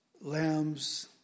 lambs